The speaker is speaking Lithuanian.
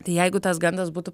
tai jeigu tas gandas būtų